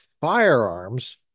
firearms